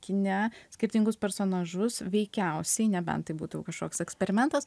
kine skirtingus personažus veikiausiai nebent tai būtų kašoks eksperimentas